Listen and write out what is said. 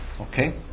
Okay